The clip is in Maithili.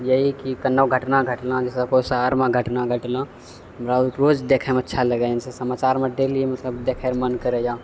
यही कि कोनो घटना घटलँ जैसे कोइ शहरमे घटना घटलँ हमरा ओ रोज देखयमे अच्छा लगय हेँ समाचारमे डेली हमसभ देखयके मन करैए